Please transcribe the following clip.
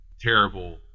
terrible